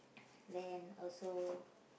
then also